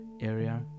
area